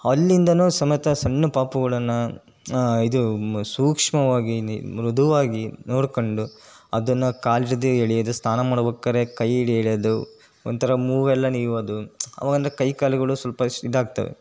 ಅಲ್ಲಿಂದಲೂ ಸಮೇತ ಸಣ್ಣ ಪಾಪುಗಳನ್ನು ಇದು ಸೂಕ್ಷ್ಮವಾಗಿ ನಿ ಮೃದುವಾಗಿ ನೋಡ್ಕೊಂಡು ಅದನ್ನು ಕಾಲ್ಜದಿ ಎಳೆದು ಸ್ನಾನ ಮಾಡ್ಬೇಕಾದ್ರೆ ಕೈಹಿಡಿದು ಎಳೆದು ಒಂಥರ ಮೂಗೆಲ್ಲ ನೀವೋದು ಅವಾಗೆಂದ್ರೆ ಕೈಕಾಲುಗಳು ಸ್ವಲ್ಪ ಶ್ ಇದಾಗ್ತವೆ